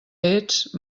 ets